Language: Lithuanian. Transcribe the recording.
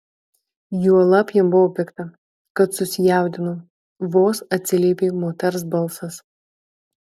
juolab jam buvo pikta kad susijaudino vos atsiliepė moters balsas